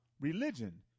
religion